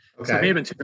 okay